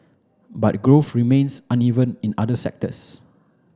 but growth remains uneven in other sectors